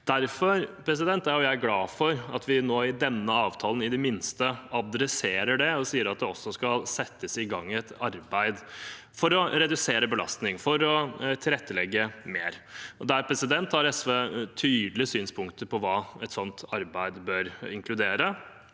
Derfor er jeg glad for at vi nå i denne avtalen i det minste tar opp det og sier at det også skal settes i gang et arbeid for å redusere belastningen og for å tilrettelegge mer. Der har SV tydelige synspunkter på hva et sånt arbeid bør inkludere.